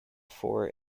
four